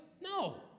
No